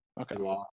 Okay